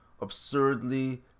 absurdly